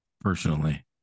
Personally